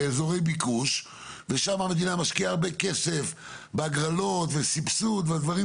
באזורי ביקוש ושם המדינה משקיעה הרבה כסף בהגרלות וסבסוד והדברים